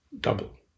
double